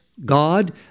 God